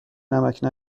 نمکـ